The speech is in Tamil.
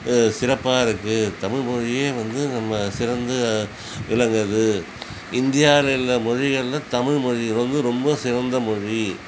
சிறப்பாகருக்கு தமிழ் மொழியே வந்து ரொம்ப சிறந்து விளங்குது இந்தியாவில உள்ள மொழிகளில் தமிழ் மொழி வந்து ரொம்ப சிறந்த மொழி